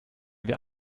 wir